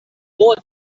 bot